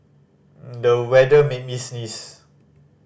the weather made me sneeze